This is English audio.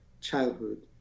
childhood